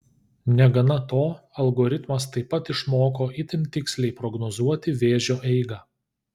negana to algoritmas taip pat išmoko itin tiksliai prognozuoti vėžio eigą